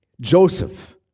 Joseph